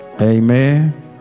Amen